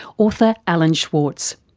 author alan schwarz.